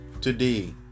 today